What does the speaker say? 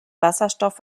wasserstoff